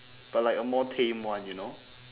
but like a more tame one you know